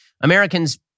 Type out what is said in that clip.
Americans